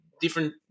different